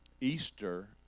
Easter